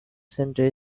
center